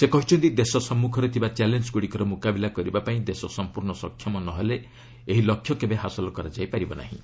ସେ କହିଛନ୍ତି ଦେଶ ସମ୍ମଖରେ ଥିବା ଚ୍ୟାଲେଞ୍ଜ ଗୁଡ଼ିକର ମୁକାବିଲା କରିବା ପାଇଁ ଦେଶ ସମ୍ପର୍ଣ୍ଣ ସକ୍ଷମ ନହେଲେ ଏହି ଲକ୍ଷ୍ୟ କେବେ ହାସଲ କରାଯାଇପାରିବ ନାହିଁ